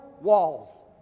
walls